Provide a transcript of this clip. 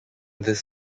this